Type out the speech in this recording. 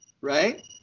right